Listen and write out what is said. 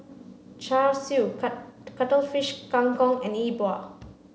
Char Siu cuttlefish Kang Kong and E Bua